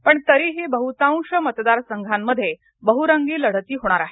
पण तरीही बहुतांश मतदारसंघांमध्ये बहुरंगी लढती होणार आहेत